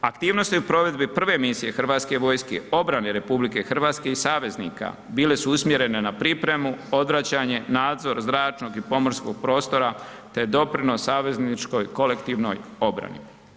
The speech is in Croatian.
Aktivnosti u provedbi prve misije HV-a obrane RH i saveznika bile su usmjerene na pripremu, odvraćanje, nadzor zračnog i pomorskog prostora te doprinos savezničkoj kolektivnoj obrani.